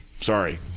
Sorry